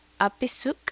Apisuk